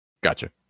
gotcha